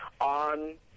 on